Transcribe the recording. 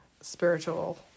spiritual